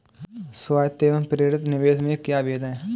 स्वायत्त व प्रेरित निवेश में क्या भेद है?